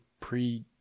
pre